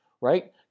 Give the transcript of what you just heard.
right